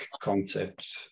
concept